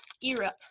Europe